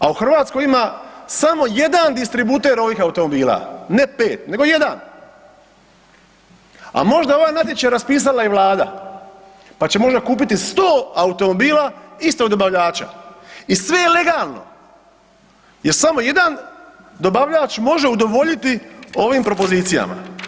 A u Hrvatskoj ima samo jedan distributer ovih automobila, ne 5 nego 1, a možda je ovaj natječaj raspisala i Vlada pa će možda kupiti i 100 automobila istog dobavljača i sve je legalno jer samo jedan dobavljač može udovoljiti ovim propozicijama.